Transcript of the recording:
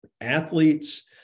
athletes